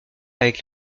avec